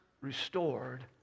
restored